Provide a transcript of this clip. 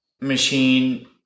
machine